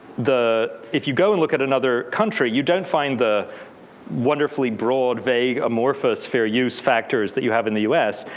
if you go and look at another country, you don't find the wonderfully broad, vague, amorphous fair use factors that you have in the us.